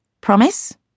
Promise